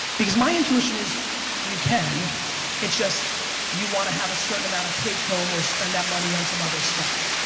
because my intuition is you can it's just you want to have a certain amount of take-home or spend that money on some other stuff.